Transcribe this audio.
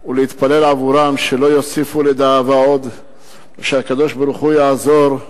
ולהתפלל עבורן שלא יוסיפו לדאבה עוד ושהקדוש-ברוך-הוא יעזור,